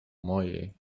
mojej